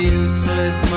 useless